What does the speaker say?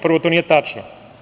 Prvo, to nije tačno.